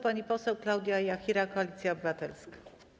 Pani poseł Klaudia Jachira, Koalicja Obywatelska.